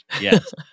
Yes